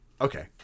Okay